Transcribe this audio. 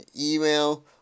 email